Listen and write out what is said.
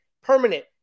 permanent